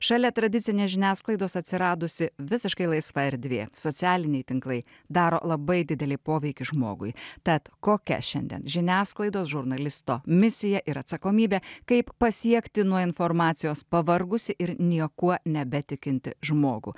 šalia tradicinės žiniasklaidos atsiradusi visiškai laisva erdvė socialiniai tinklai daro labai didelį poveikį žmogui tad kokia šiandien žiniasklaidos žurnalisto misija ir atsakomybė kaip pasiekti nuo informacijos pavargusi ir niekuo nebetikinti žmogų